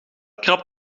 krabt